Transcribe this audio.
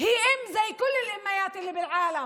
היא אֵם כמו כל האימהות שבעולם.